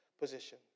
position